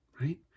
right